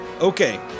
Okay